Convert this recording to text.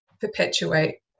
perpetuate